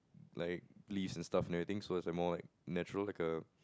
like leaves and stuff and everything so it's like more like natural like a